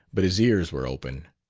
but his ears were open.